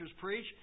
preach